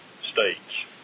states